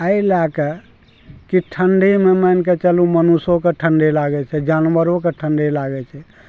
एहि लए कऽ कि ठण्डीमे मानि कऽ चलू मनुषोके ठण्डी लागै छै जानवरोके ठण्डी लागै छै